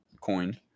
Coin